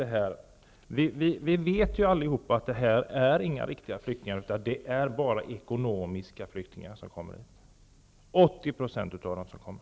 Vi vet allihop att detta inte är några riktiga flyktingar, utan 80 % av dem som kommer är ekonomiska flyktingar.